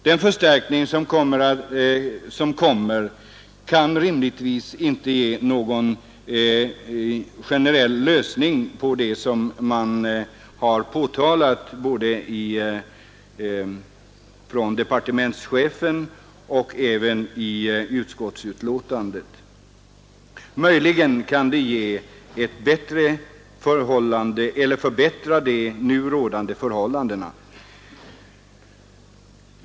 Den förstärkning som kommer kan rimligtvis inte ge någon generell lösning på det som har påtalats både av departementschefen och i utskottsbetänkandet. Möjligtvis kan det förbättra de nu rådande förhållandena.